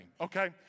okay